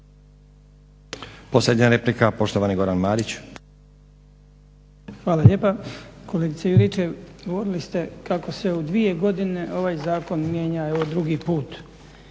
Posljednja replika, poštovani Goran Marić. **Marić, Goran (HDZ)** Hvala lijepa. Kolegice Juričev govorili ste kako se u 2 godine ovaj zakon mijenja evo drugi put